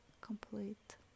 complete